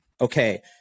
Okay